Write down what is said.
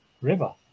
river